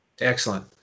Excellent